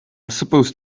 supposed